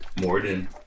Morden